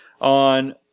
on